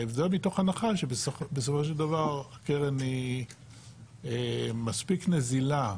זה מתוך הנחה שבסופו של דבר הקרן היא מספיק נזילה.